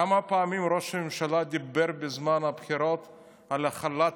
כמה פעמים ראש הממשלה דיבר בזמן הבחירות על החלת